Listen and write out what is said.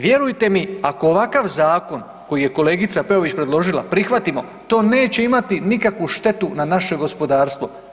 Vjerujte mi, ako ovakav zakon koji je kolegica Peović predložila, prihvatimo, to neće imati nikakvu štetu na našem gospodarstvo.